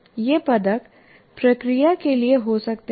ये पदक प्रक्रिया के लिए हो सकते हैं